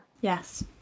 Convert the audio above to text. Yes